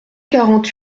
quarante